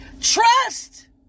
Trust